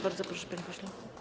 Bardzo proszę, panie pośle.